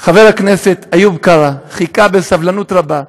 חבר הכנסת איוב קרא, חיכה בסבלנות רבה,